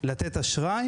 הציבור יכול לתת אשראי.